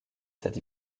cette